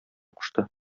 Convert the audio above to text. кушты